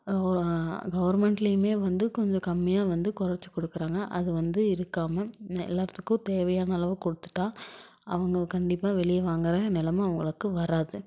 கவுர்மெண்ட்லேயுமே வந்து கொஞ்சம் கம்மியாக வந்து குறைச்சி கொடுக்கறாங்க அது வந்து இருக்காமல் எல்லாேர்த்துக்கும் தேவையான அளவு கொடுத்துட்டா அவங்க கண்டிப்பாக வெளியே வாங்கிற நிலைம அவங்களுக்கு வராது